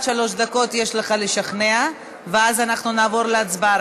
עד שלוש דקות יש לך לשכנע ואז אנחנו נעבור להצבעה,